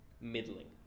middling